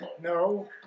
No